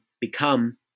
become